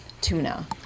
tuna